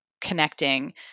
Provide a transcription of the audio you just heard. connecting